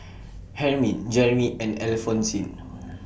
Hermine Jeramy and Alphonsine